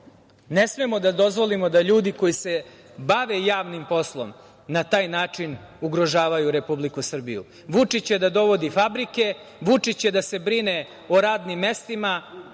ne smemo da dozvolimo da ljudi koji se bave javnim poslom na taj način ugrožavaju Republiku Srbiju. Vučić će da dovodi fabrike, Vučić će da se brine o radnim mestima